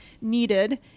needed